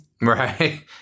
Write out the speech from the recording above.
Right